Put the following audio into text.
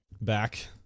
Back